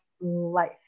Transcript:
life